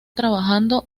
trabajando